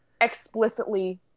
explicitly